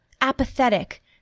apathetic